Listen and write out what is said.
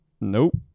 nope